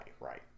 right